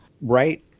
right